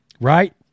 Right